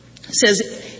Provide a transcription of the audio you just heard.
says